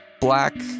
black